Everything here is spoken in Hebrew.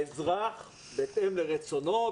האזרח בהתאם לרצונו,